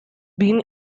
been